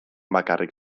bakarrik